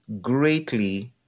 greatly